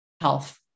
health